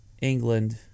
England –